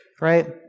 Right